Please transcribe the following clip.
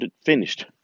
finished